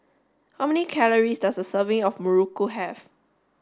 how many calories does a serving of Muruku have